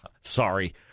sorry